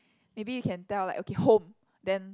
maybe you can tell like okay home then